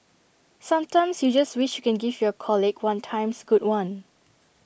sometimes you just wish you can give your colleague one times good one